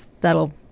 that'll